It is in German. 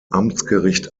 amtsgericht